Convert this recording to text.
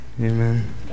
Amen